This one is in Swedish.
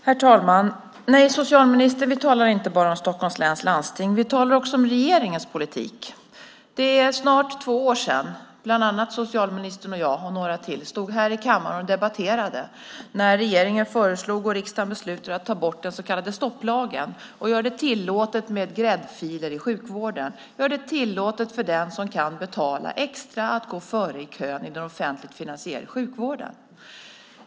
Herr talman! Nej, socialministern, vi talar inte bara om Stockholms läns landsting. Vi talar också om regeringens politik. Det är snart två år sedan socialministern, jag och några till stod här och debatterade med anledning av att regeringen hade föreslagit - och riksdagen sedan beslutade - att ta bort den så kallade stopplagen och göra det tillåtet med gräddfiler i sjukvården. Man gjorde det tillåtet för den som kan betala extra att gå före i kön i den offentligt finansierade sjukvården.